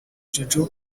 jojo